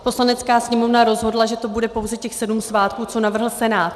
Poslanecká sněmovna rozhodla, že to bude pouze těch sedm svátků, co navrhl Senát.